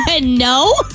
No